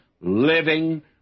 living